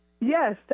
Yes